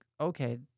okay